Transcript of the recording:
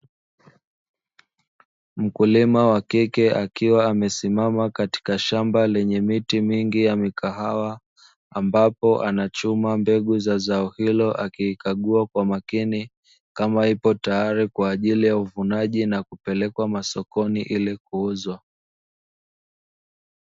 Mkulima wa kike akiwa amesimama katika shamba lenye miti mingi ya mikahawa, ambapo anachuma mbegu za zao hilo, akiikagua kwa makini kama ipo tayari kwa ajili ya uvunaji na kupelekwa masokoni ili kuuzwa.